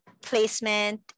placement